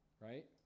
right